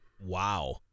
Wow